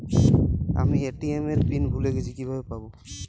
আমি এ.টি.এম এর পিন ভুলে গেছি কিভাবে পাবো?